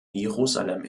jerusalem